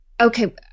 Okay